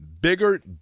bigger